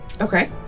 Okay